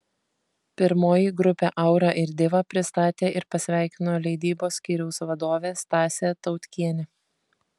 pirmoji grupę aura ir diva pristatė ir pasveikino leidybos skyriaus vadovė stasė tautkienė